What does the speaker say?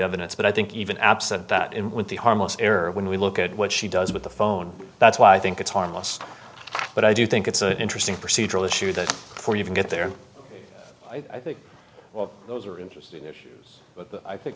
evidence but i think even absent that in with the harmless error when we look at what she does with the phone that's why i think it's harmless but i do think it's an interesting procedural issue that for you can get there i think those are interesting issues but i think